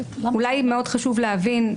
חשוב להבין,